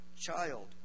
child